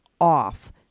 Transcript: off